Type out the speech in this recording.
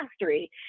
mastery